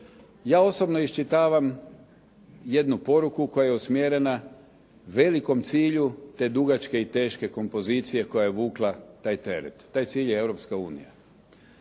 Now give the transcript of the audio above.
Ja osobno iščitavam jednu poruku koja je usmjerena velikom cilju te dugačke i teške kompozicije koja je vukla taj teret. Taj cilj je Europska unija.